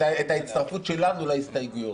את ההצטרפות שלנו להסתייגויות.